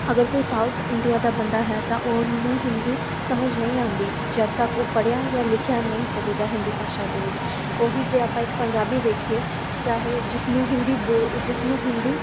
ਅਗਰ ਕੋਈ south India ਦਾ ਬੰਦਾ ਹੈ ਤਾਂ ਉਹਨੂੰ ਹਿੰਦੀ ਸਮਝ ਨਹੀਂ ਆਉਂਦੀ ਜਦੋਂ ਤੱਕ ਉਹ ਪੜ੍ਹਿਆ ਜਾਂ ਲਿਖਿਆ ਨਹੀਂ ਹੋਵੇਗਾ ਹਿੰਦੀ ਭਾਸ਼ਾ ਦੇ ਵਿੱਚ ਉਹ ਹੀ ਜੇ ਆਪਾਂ ਇੱਕ ਪੰਜਾਬੀ ਵੇਖੀਏ ਚਾਹੇ ਜਿਸਨੂੰ ਹਿੰਦੀ ਬੋ ਜਿਸਨੂੰ ਹਿੰਦੀ